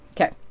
Okay